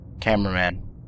Cameraman